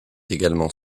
également